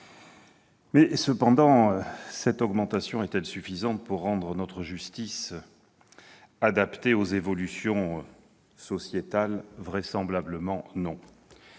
Pour autant, cette augmentation est-elle suffisante pour adapter notre justice aux évolutions sociétales ? Vraisemblablement non.